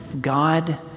God